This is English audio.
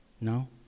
No